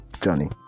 journey